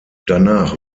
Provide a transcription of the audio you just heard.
danach